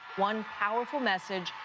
one powerful message,